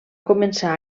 començar